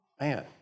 Man